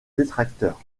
détracteurs